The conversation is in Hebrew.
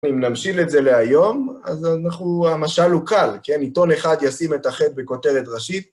אם נמשיל את זה להיום, אז אנחנו, המשל הוא קל, כן? עיתון אחד ישים את החטא בכותרת ראשית.